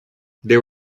there